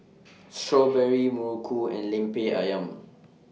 Strawberry Muruku and Lemper Ayam